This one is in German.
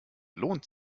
lohnt